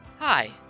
Hi